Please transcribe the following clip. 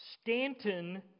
Stanton